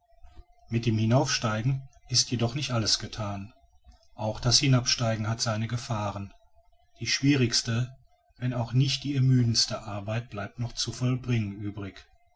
mit dem hinaufsteigen ist jedoch nicht alles gethan auch das hinabsteigen hat seine gefahren die schwierigste wenn auch nicht die ermüdendste arbeit blieb noch zu vollbringen übrig